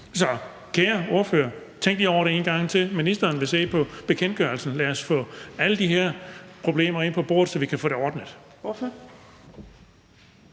Så kære ordfører: Tænk lige over det en gang til. Ministeren vil se på bekendtgørelsen – lad os få alle de her problemer på bordet, så vi kan få det ordnet.